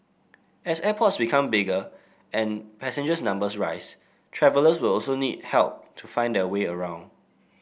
as airports become bigger and passenger numbers rise travellers will also need help to find their way around